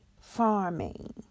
farming